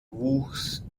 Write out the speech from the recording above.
wuchs